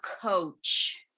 coach